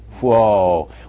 Whoa